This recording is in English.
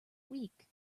weak